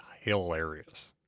hilarious